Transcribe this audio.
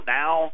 now